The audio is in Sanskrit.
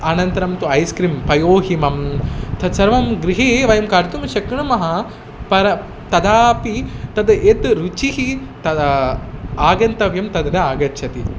अनन्तरं तु ऐस्क्रीम् पयोहिमं तत्सर्वं गृहे वयं खादितुं शक्नुमः परं तदापि तद् यत् रुचिः तत् आगन्तव्यं तत्र आगच्छति